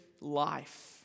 life